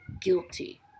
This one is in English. guilty